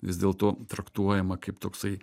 vis dėlto traktuojama kaip toksai